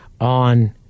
on